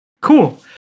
Cool